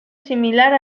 similar